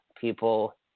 people